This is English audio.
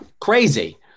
crazy